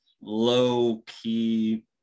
low-key